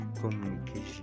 communication